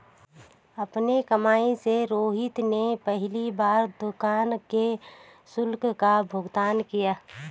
अपनी कमाई से रोहित ने पहली बार दुकान के शुल्क का भुगतान किया